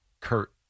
Kurt